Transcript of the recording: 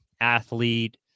athlete